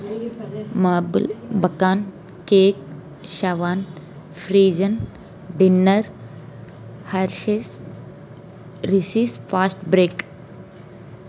marble bacon cake Swanson frozen dinner Hershey Reese's fast break